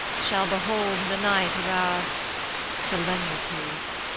shall behold the night of our solemnities.